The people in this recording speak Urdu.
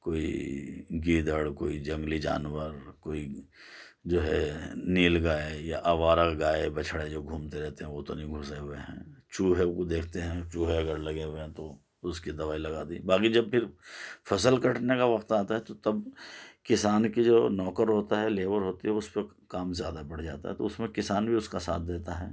کوئی گیدڑ کوئی جنگلی جانور کوئی جو ہے نیل گائے یا آوارہ گائے بچھڑے جو گھومتے رہتے ہیں وہ تو نہیں گھسے ہوئے ہیں چوہے کو دیکھتے ہیں چوہے اگر لگے ہوئے ہیں تو اس کی دوائی لگا دی باقی جب پھر فصل کٹنے کا وقت آتا ہے تو تب کسان کی جو نوکر ہوتا ہے لیبر ہوتی ہے اس پر کام زیادہ بڑھ جاتا ہے تو اس میں کسان بھی اس کا ساتھ دیتا ہے